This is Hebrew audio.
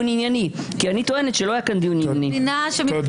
--- את מדינת ישראל לנזק בלתי הפיך.